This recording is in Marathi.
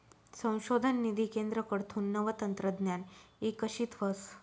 संशोधन निधी केंद्रकडथून नवं तंत्रज्ञान इकशीत व्हस